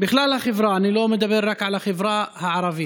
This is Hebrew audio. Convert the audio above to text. בכלל החברה, אני לא מדבר רק על החברה הערבית.